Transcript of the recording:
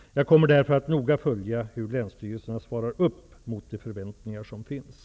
Jag kommer därför noga att följa hur länsstyrelserna svarar upp mot de förväntningar som finns.